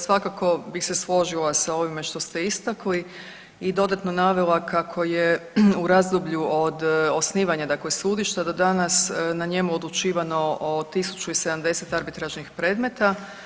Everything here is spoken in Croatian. Svakako bih se složila sa ovime što ste istakli i dodatno navela kako je u razdoblju od osnivanja dakle sudišta do danas na njemu odlučivano o 1.070 arbitražnih predmeta.